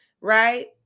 right